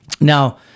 Now